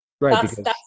Right